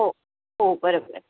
हो हो बरोबर आहे